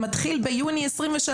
מתחיל ביוני 23,